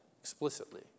explicitly